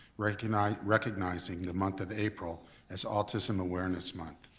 recognizing recognizing the month of april as autism awareness month.